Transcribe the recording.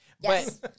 Yes